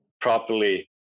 properly